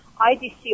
IDC